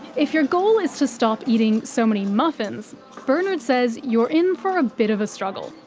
if your goal is to stop eating so many muffins, bernard says you're in for a bit of a struggle.